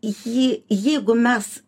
jį jeigu mes